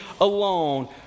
alone